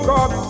God